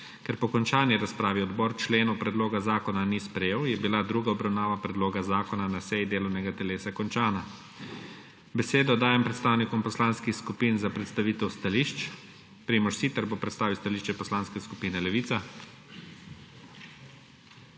Ker po končani razpravi odbor členov predloga zakona ni sprejel, je bila druga obravnava predloga zakona na seji delovnega telesa končana. Besedo dajem predstavnikom poslanskih skupin za predstavitev stališč. Primož Siter bo predstavil stališče Poslanske skupine Levica.